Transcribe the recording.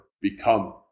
become